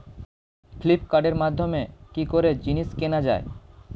ফ্লিপকার্টের মাধ্যমে কি করে জিনিস কেনা যায়?